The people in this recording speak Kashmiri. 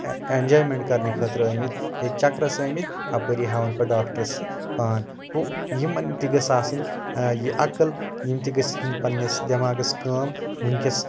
اینجایمنٹ کرنہٕ خٲطرٕ آمٕتۍ یا چکرَس آمٕتۍ اَپٲری ہاوان پَتہٕ ڈاکٹرس تہِ پان گوٚو یِمن تہِ گژھ آسٕنۍ یہِ عقل یم تہِ گٔژھ ہینۍ دٮ۪ماغس کٲم ونٛکیٚس کٕمن